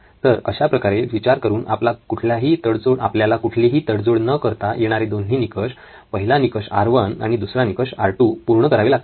तर अशा प्रकारे विचार करून आपल्याला कुठलीही तडजोड न करता येणारे दोन्ही निकष पहिला निकष आर1 आणि दुसरा निकष आर2 पूर्ण करावे लागतील